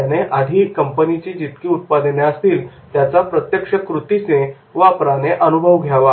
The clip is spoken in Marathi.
त्याने आधी कंपनीची जितकी काही उत्पादने असतील त्याचा प्रत्यक्ष कृतीने वापराने अनुभव घ्यावा